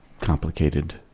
complicated